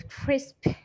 crisp